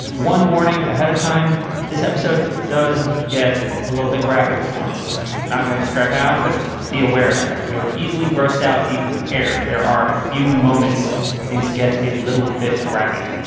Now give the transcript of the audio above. one warning ahead of time this episode does get a little bit graphic it points not going to describe how but just be aware of that if you are easily grossed out. be prepared. there are a few moments things get a little bit graphic.